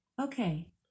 Okay